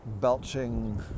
belching